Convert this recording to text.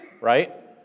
right